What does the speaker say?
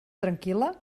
tranquil·la